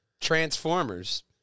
Transformers